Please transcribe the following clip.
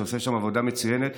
שעושה שם עבודה מצוינת,